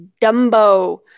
Dumbo